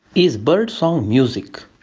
is birdsong music?